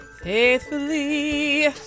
Faithfully